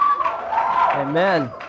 Amen